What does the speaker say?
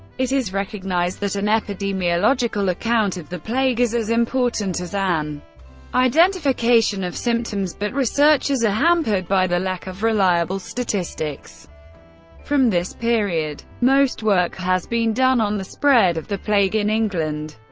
it is recognised that an epidemiological account of the plague is as important as an identification of symptoms, but researchers are hampered by the lack of reliable statistics from this period. most work has been done on the spread of the plague in england,